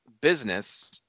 business